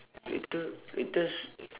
later later s~